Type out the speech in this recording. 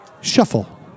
Shuffle